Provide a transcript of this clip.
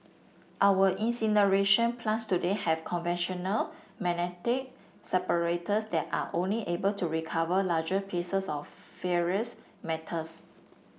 our incineration plants today have conventional magnetic separators that are only able to recover larger pieces of ferrous metals